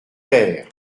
père